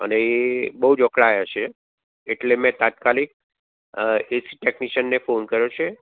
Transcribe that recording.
અને એ બહુ જ અકળાયા છે એટલે મેં તાત્કાલિક એક ટેકનિશિયનને ફોન કર્યો છે